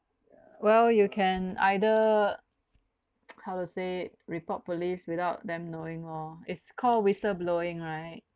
well you can either how to say report police without them knowing orh its call whistleblowing right